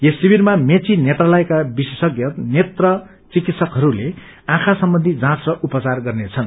यस शिविरमा मेची नेत्रालयक्वे विशेषज्ञ नेत्र चिकित्सकहरूले आँखा सम्बन्ची जाँच र उपचार गर्नेछन्